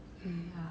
um